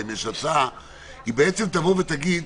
היא בעצם תבוא ותגיד,